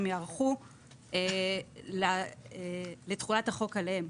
הם ייערכו לתחולת החוק עליהם.